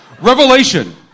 revelation